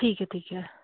ठीक है ठीक है